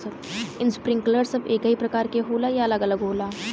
Sprinkler सब एकही प्रकार के होला या अलग अलग होला?